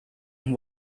and